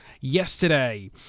yesterday